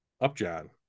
Upjohn